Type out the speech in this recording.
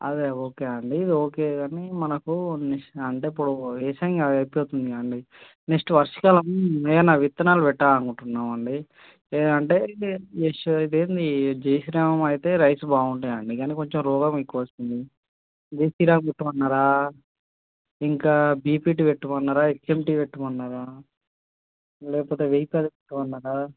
అది ఓకే అండి ఓకే కానీ మనకు నెక్స్ అంటే ఇప్పుడు వేసవి కాలం అయిపోతుంది కదండి నెక్స్ట్ వర్ష కాలం ఏమన్న విత్తనాలు పెట్టాలనుకుంటాన్నాం అండి అంటే అది ఏంది జై శ్రీరామ్ అయితే రైస్ బాగుంటాయి అండి కానీ కొంచెం రోగం ఎక్కువ వస్తుంది జై శ్రీరామ్ పెట్టామన్నారా ఇంకా బీపీటీ పెట్టామన్నారా హెచ్ఎమ్టీ పెట్టామన్నారా లేకపోతే వెహికల్ తీసుకోమన్నారా